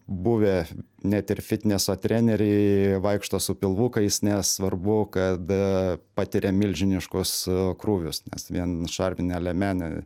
buvę net ir fitneso treneriai vaikšto su pilvu kai jis nesvarbu kad patiria milžiniškus krūvius nes vien šarvinė liemenė